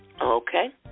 Okay